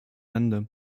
ende